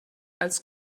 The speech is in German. als